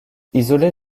isolé